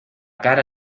cara